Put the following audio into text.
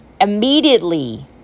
Immediately